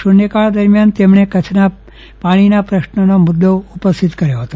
શુન્યકાળ દરમિયાન તેમણે કચ્છના પાણીના પ્રશ્ન મુદ્દો ઉપસ્થિત કર્યો હતો